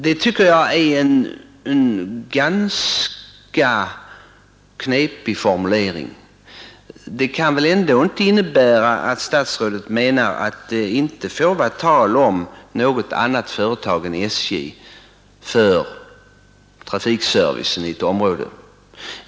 Det tycker jag är en ganska knepig formulering. Det kan väl ändå inte innebära att statsrådet menar att det inte får vara tal om att något annat företag än SJ svarar för trafikservicen i ett område?